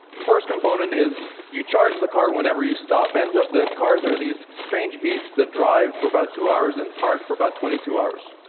first component is you charge the car whenever you stop ends up that cars are these strange beasts that drive for about two hours and park for about twenty two hours.